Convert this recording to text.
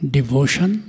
Devotion